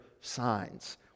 signs